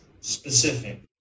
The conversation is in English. specific